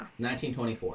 1924